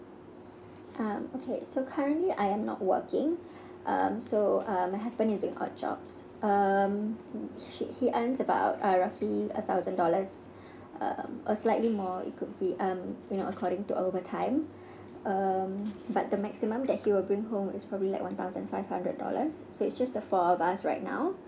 um okay so currently I am not working um so uh my husband is doing odd jobs um he he earns about uh roughly a thousand dollars uh a slightly more it could be um you know according to overtime um but the maximum that he will bring home is probably like one thousand five hundred dollars so it's just the four of us right now